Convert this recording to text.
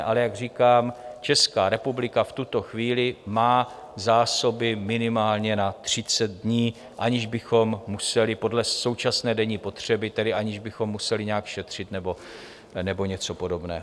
Ale jak říkám, Česká republika v tuto chvíli má zásoby minimálně na 30 dní, aniž bychom museli podle současné denní spotřeby tedy aniž bychom museli nějak šetřit nebo něco podobného.